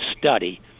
study